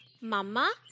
Mama